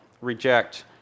reject